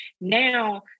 Now